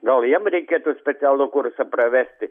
gal jiem reikėtų specialų kursą praverti